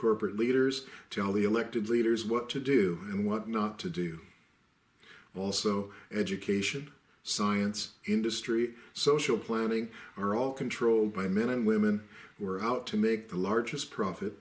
corporate leaders tell the elected leaders what to do and what not to do also education science industry social planning are all controlled by men and women who are out to make the largest profit